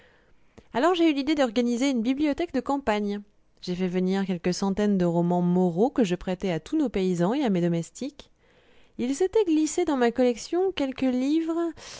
alors j'ai eu l'idée d'organiser une bibliothèque de campagne j'ai fait venir quelques centaines de romans moraux que je prêtais à tous nos paysans et à mes domestiques il s'était glissé dans ma collection quelques livres